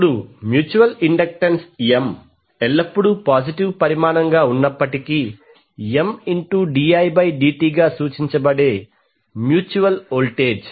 ఇప్పుడు mutual inductance M ఎల్లప్పుడూ positive పరిమాణంగా ఉన్నప్పటికీ Mdidt గా సూచించబడే మ్యూచువల్ వోల్టేజ్